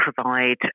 provide